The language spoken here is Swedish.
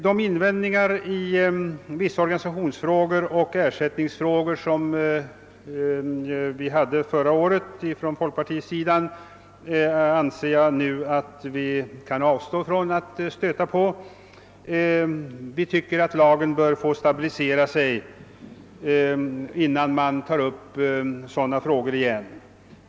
De invändningar som vi från folkpartiets sida hade förra året beträffande vissa organisationsoch ersättningsfrågor anser vi att vi nu kan avstå från att resa; vi tycker att lagen bör få stabilisera sig innan sådana frågor på nytt tas upp.